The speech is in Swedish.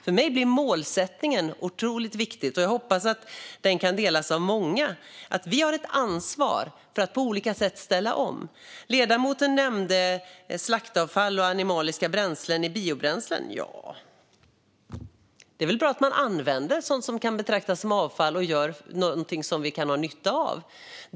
För mig blir målsättningen otroligt viktig. Jag hoppas att den kan delas av många. Vi har ett ansvar för att ställa om på olika sätt. Ledamoten nämnde slaktavfall och animaliska produkter i biobränslen. Det kan väl vara bra att använda sådant som kan betraktas som avfall och göra något av det som vi kan ha nytta av.